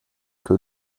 que